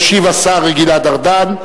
וישיב עליה השר גלעד ארדן,